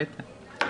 בטח.